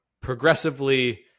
progressively